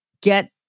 get